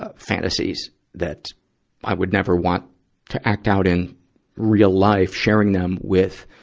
ah fantasies that i would never want to act out in real life, sharing them with,